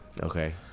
Okay